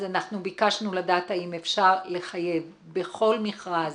ביקשנו לדעת האם אפשר לחייב בכל מכרז